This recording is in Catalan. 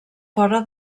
fora